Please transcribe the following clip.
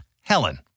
Helen